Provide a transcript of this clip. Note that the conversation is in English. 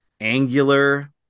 angular